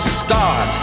start